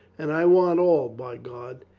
and i want all, by god!